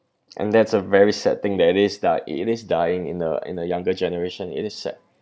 and that's a very sad thing that is dy~ it is dying in the in the younger generation it is sad